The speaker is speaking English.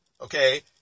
Okay